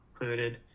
included